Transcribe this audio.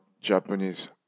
Japanese